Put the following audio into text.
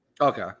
Okay